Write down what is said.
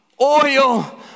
oil